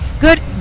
Good